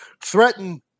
threaten